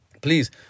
Please